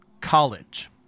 college